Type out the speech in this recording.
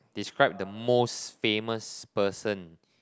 describe the most famous person